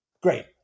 Great